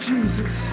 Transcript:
Jesus